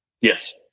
Yes